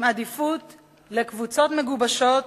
עם עדיפות לקבוצות מגובשות